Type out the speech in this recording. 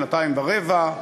שנתיים ורבע,